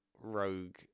rogue